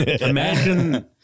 Imagine